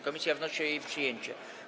Komisja wnosi o jej przyjęcie.